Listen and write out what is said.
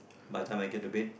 by the time I get to bed